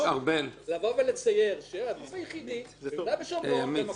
לצייר שזה הגוף היחיד, מקום אחד